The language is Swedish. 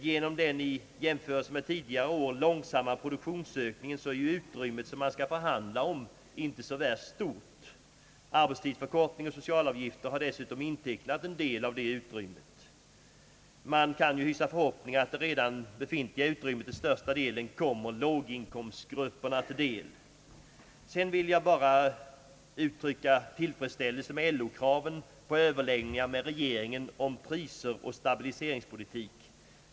Genom den i jämförelse med tidigare år långsammare produktionsökningen är det utrymme man skall för handla om inte så värst stort. Arbetstidsförkortning och socialavgifter har dessutom intecknat en del av utrymmet. Man kan hysa förhoppningen att det befintliga utrymmet till största delen kommer låginkomsttagarna till del. Sedan vill jag bara uttrycka tillfredsställelse med LO-kravet på överläggningar med regeringen om priser och stabiliseringspolitik.